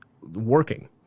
working